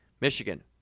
Michigan